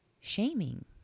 shaming